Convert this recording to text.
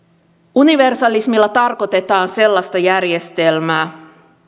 universalismilla tarkoitetaan sellaista järjestelmää